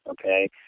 okay